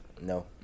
No